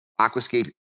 Aquascape